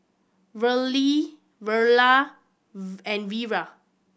Verle Verla and Vira